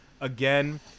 again